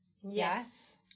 Yes